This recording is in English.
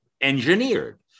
engineered